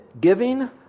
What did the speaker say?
giving